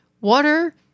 water